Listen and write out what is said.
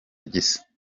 gisa